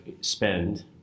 spend